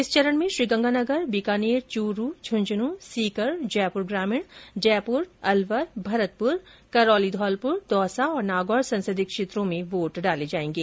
इस चरण में गंगानगर बीकानेर चूरू झुंझुंन सीकर जयपुर ग्रामीण जयपुर अलवर भरतपुर करौली धौलपुर दौसा तथा नागौर संसदीय क्षेत्रो में वोट डाले जाएंगे